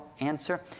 answer